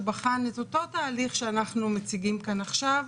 שבחן את אותו תהליך שאנחנו מציגים כאן עכשיו,